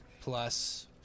plus